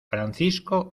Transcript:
francisco